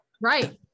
right